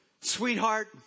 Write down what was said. sweetheart